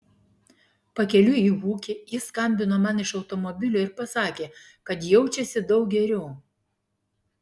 pakeliui į ūkį jis skambino man iš automobilio ir pasakė kad jaučiasi daug geriau